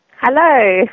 Hello